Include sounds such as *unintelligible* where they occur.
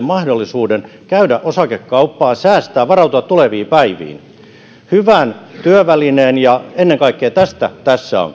*unintelligible* mahdollisuuden käydä osakekauppaa säästää varautua tuleviin päiviin hyvän työvälineen ennen kaikkea tästä tässä on